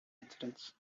incidents